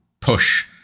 push